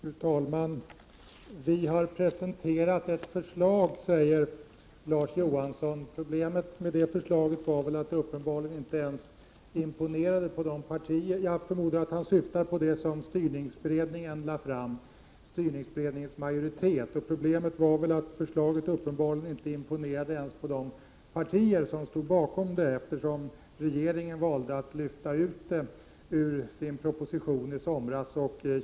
Fru talman! Vi har presenterat ett förslag, säger Larz Johansson. Jag förmodar att han syftar på det förslag som styrberedningens majoritet lade fram. Problemet med det förslaget var att det uppenbarligen inte imponerade ens på de partier som stod bakom det, eftersom regeringen valde att lyfta ut det ur sin proposition i somras.